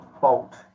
bolt